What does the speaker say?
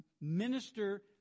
minister